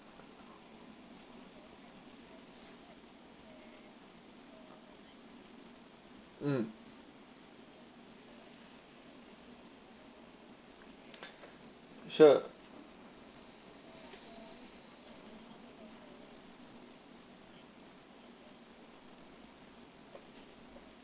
mm sure